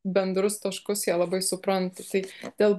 bendrus taškus jie labai supranta tai dėl